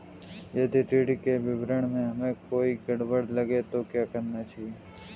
यदि ऋण के विवरण में हमें कोई गड़बड़ लगे तो क्या करना चाहिए?